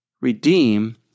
redeem